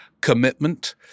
commitment